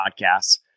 podcasts